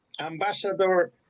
Ambassador